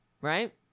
Right